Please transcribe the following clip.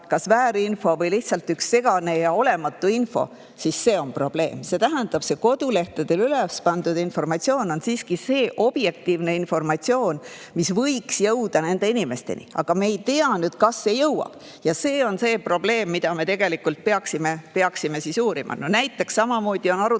kas väärinfo või lihtsalt üks segane jutt ja olematu info, siis see on probleem. Seega on kodulehtedele üles pandud informatsioon siiski objektiivne informatsioon, mis võiks jõuda nende inimesteni, aga me ei tea, kas see jõuab. Ja see on see probleem, mida me tegelikult peaksime uurima. Samamoodi on arutatud